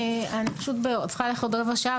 אני פשוט צריכה ללכת עוד רבע שעה,